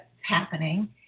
happening